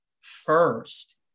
first